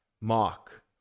Mark